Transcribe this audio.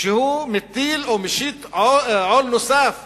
הוא מטיל או משית עול נוסף